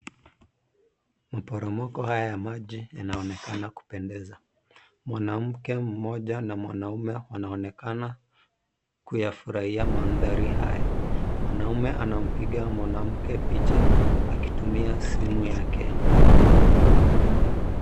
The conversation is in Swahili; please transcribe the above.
Maporomoko haya ya maji yanaonekana kupendeza. Mwanamke mmoja na mwanaume wanaonekana kuyafurahia mandhari haya. Mwanaume anampiga mwanamke picha akitumia simu yake ya mkononi.